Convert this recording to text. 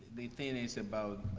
the feelings about,